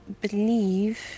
believe